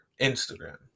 Instagram